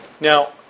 now